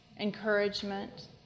encouragement